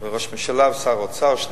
ראש הממשלה ושר האוצר, שניהם,